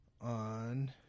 on